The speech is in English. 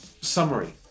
summary